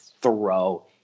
throw